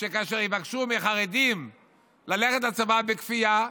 שכאשר יבקשו מהחרדים ללכת לצבא בכפייה,